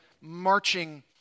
Marching